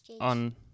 On